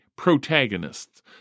protagonists